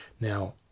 Now